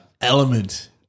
element